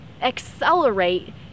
accelerate